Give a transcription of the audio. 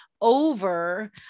over